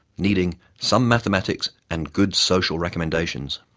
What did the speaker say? needing some mathematics and good social recommendations.